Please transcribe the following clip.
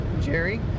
Jerry